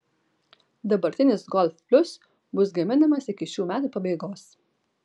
dabartinis golf plius bus gaminamas iki šių metų pabaigos